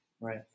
right